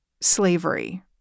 slavery